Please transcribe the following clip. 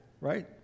Right